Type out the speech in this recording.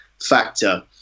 factor